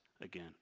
again